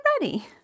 ready